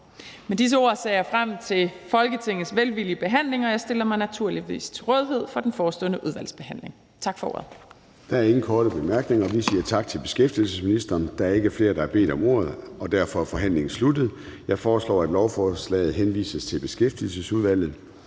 Med disse ord ser jeg frem til Folketingets velvillige behandling, og jeg stiller mig naturligvis til rådighed for den forestående udvalgsbehandling. Tak for ordet. Kl. 11:27 Formanden (Søren Gade): Der er ingen korte bemærkninger, og vi siger tak til beskæftigelsesministeren. Der er ikke flere, der har bedt om ordet, og derfor er forhandlingen sluttet. Jeg foreslår, at lovforslaget henvises til Beskæftigelsesudvalget.